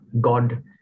God